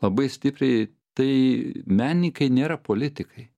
labai stipriai tai menininkai nėra politikai